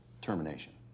termination